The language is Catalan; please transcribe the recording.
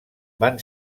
van